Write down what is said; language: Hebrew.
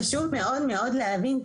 חשוב מאוד מאוד להגיד,